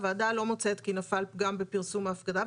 הוועדה לא מוצאת כי נפל פגם בפרסום ההפקדה,